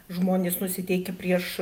žmonės nusiteikę prieš